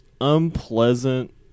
unpleasant